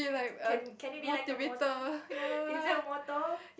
can can it be like a mortal is that a motto